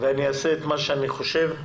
ואני אעשה את מה שאני חושב.